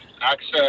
access